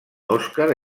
oscar